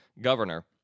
governor